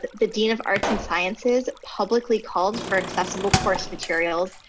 the dean of arts and sciences publicly called for accessible course materials,